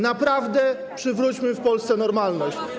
Naprawdę przywróćmy w Polsce normalność.